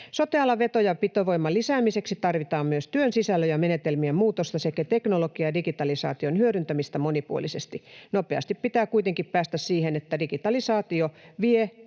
Sote-alan veto- ja pitovoiman lisäämiseksi tarvitaan myös työn sisällön ja menetelmien muutosta sekä teknologian ja digitalisaation hyödyntämistä monipuolisesti. Nopeasti pitää kuitenkin päästä siihen, ettei se digitalisaatio vie